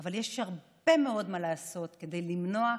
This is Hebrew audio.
אבל יש הרבה מאוד מה לעשות כדי למנוע,